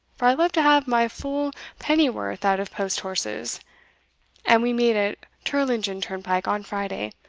for i love to have my full pennyworth out of post-horses and we meet at tirlingen turnpike on friday,